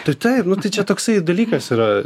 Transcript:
tai taip nu tai čia toksai dalykas yra